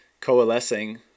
coalescing